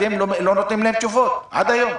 אתם לא נותנים להם תשובות, עד היום.